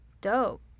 dope